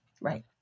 Right